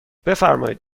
بفرمایید